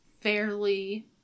fairly